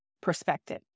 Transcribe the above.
perspective